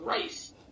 race